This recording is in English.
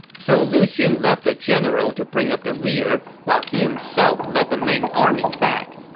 so lu xun left a general to bring up the rear while he himself led the main army back.